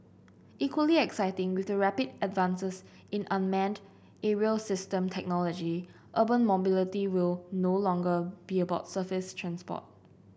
equally exciting with the rapid advances in unmanned aerial system technology urban mobility will no longer be about surface transport